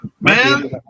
Man